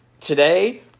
Today